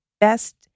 best